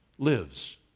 lives